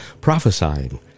prophesying